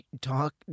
talk